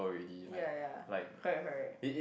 ya ya correct correct